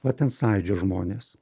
va ten sąjūdžio žmonės